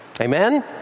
Amen